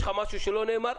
יש לך משהו שלא נאמר?